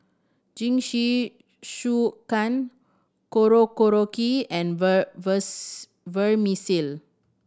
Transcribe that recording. Jingisukan Korokke and Vermicelli